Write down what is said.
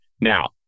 Now